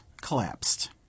collapsed